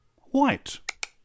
white